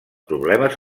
problemes